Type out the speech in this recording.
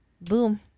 boom